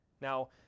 Now